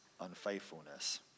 unfaithfulness